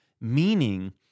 meaning